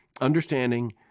understanding